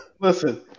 Listen